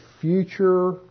future